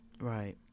Right